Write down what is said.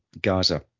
gaza